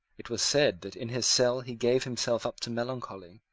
it was said that in his cell he gave himself up to melancholy,